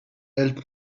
help